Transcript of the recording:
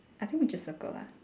I think we just circle lah